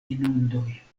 inundoj